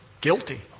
guilty